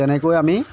তেনেকৈ আমি